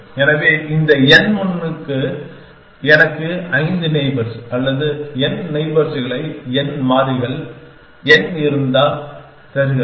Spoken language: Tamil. எனவே இந்த n1 எனக்கு 5 நெய்பர்ஸ் அல்லது n நெய்பர்ஸ் களை n மாறிகள் n இருந்தால் தருகிறது